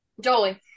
Jolie